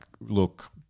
look